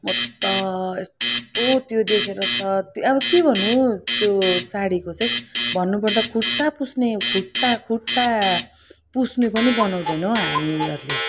म त यस्तो त्यो देखेर त त्यो अब के भन्नु साडीको चाहिँ भन्नुपर्दा खुट्टा पुस्ने खुट्टा खुट्टा पुस्ने पनि बनाउँदैनौँ हो हामीहरूले